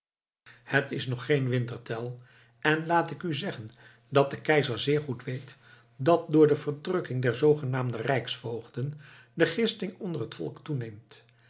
het is nog geen winter tell en laat ik u zeggen dat de keizer zeer goed weet dat door de verdrukking der zoogenaamde rijksvoogden de gisting onder het volk toeneemt